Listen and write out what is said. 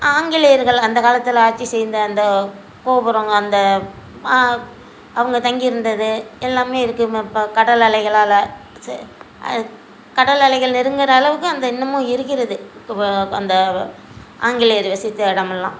ஆங்கிலேயர்கள் அந்த காலத்தில் ஆடசி செய்த அந்த கோபுரங்கள் அந்த அவங்க தங்கியிருந்தது எல்லாமே இருக்குது ம இப்போ கடல் அலைகளால் சே கடல் அலைகள் நெருங்கிற அளவுக்கு அந்த இன்னுமும் இருக்கிறது இப்போது அந்த ஆங்கிலேயர் வசித்த இடமெல்லாம்